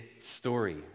story